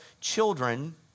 children